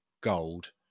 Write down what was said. gold